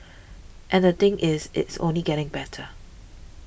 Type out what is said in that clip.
and the thing is it's only getting better